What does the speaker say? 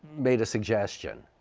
made a suggestion